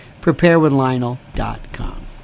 Preparewithlionel.com